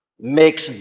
makes